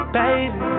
baby